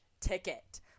ticket